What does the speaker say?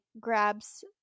grabs